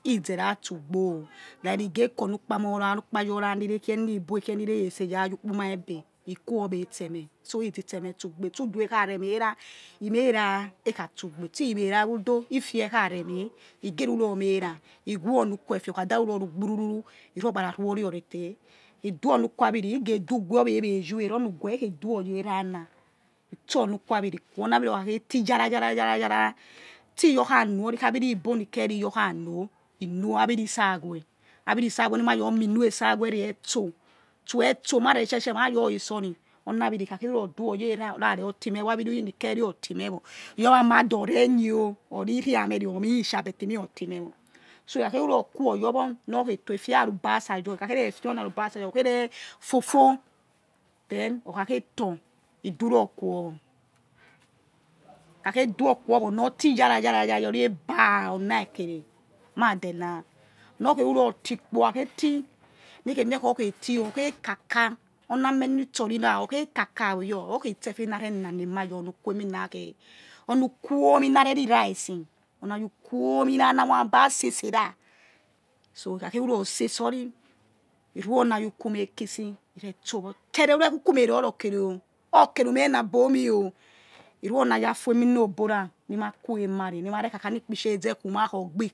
Izera tsu gbo ra ri he̱ ghe ku oni ukpi ora ni re̱ khie ra ri ibo khei ri re re se ya aji ukpuma be ikumu itsemeh he ze itsemeh tsu gbe tsu udo yom kha re̱ meh ra he meh ra nekha tsugbe ste mhe ra who udo ste ifio ikhare meh onu kuwefe ukha ruro ru gbururu he dui ori ukuwi aviri he̱ geh do uguwe we̱ we̱ your era oni uguwe he khe du or ye̱ ra̱ tsi aviri ibo nikeri your khano he nor aviri saweh aviri saweh re etso etso etso ma your re sor ri oni aviri ma̱ kha kheri duo yera ora ror ti meh or oni aviri nikeh ir ti meh wor iyor we amanda or re nye o̱ or ri ri ame re oni sha but or ti meh wor so ikhakheru ror kuoyor wor nor khie tor hefia. Arubasa your ikhakhere fi oni aruba sa your okhei re fote̱ then okhakhe tor he duror kuwo he khakhe du o kuowo nor ti yara yara your ri eba ona ikere ma de na nor khei ruror ti kpo okhakhei ti ni khien mie khiokhe ti o khew kaka kaka oyou okhir ste ete na re nane ema your oni ukuo eminakhe oni ukuwomi na re ri rici or na ayi ukuomi na mua aba re se ra so ikhakhe ruro sese or ri he ruioni ayi ukue ume kisi re stor tere ure uku ume roro kere o̱ or kere ume na bi omi o̱ he̱ rui oni aya ofo emina obo ni ma kue emare ani ikpecia ezekhu ma khi ogbi,